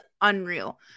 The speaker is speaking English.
unreal